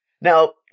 Now